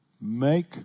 make